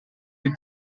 die